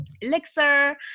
elixir